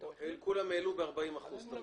הם עדיין לא פתרו את הדבר הראשוני.